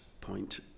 point